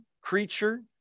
creature